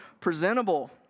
presentable